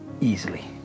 easily